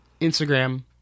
Instagram